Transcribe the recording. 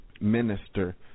minister